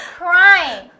crying